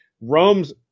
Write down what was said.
Rome's